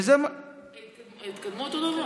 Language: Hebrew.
וזה, ההתקדמות היא אותו דבר.